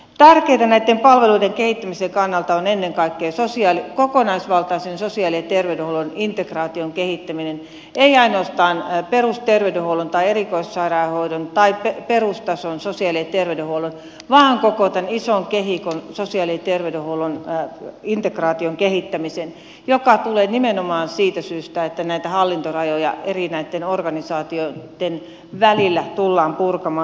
tärkeintä näitten palveluiden kehittämisen kannalta on ennen kaikkea kokonaisvaltaisen sosiaali ja terveydenhuollon integraation kehittäminen ei ainoastaan perusterveydenhuollon tai erikoissairaanhoidon tai perustason sosiaali ja terveydenhuollon vaan koko tämän ison kehikon sosiaali ja terveydenhuollon integraation kehittäminen joka tulee nimenomaan siitä syystä että näitä hallintorajoja näitten eri organisaatioitten välillä tullaan purkamaan